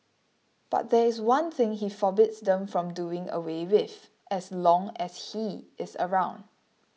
but there is one thing he forbids them from doing away with as long as he is around